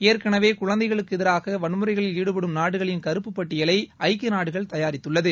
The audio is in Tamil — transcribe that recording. ஏற்கனவே குழந்தைகளுக்கு எதிராக வன்முறைகளில் ஈடுபடும் நாடுகளின் கறப்பு பட்டியலை ஐக்கிய நாடுகள் தயாரித்துள்ளது